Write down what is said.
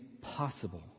possible